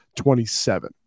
27